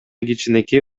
кичинекей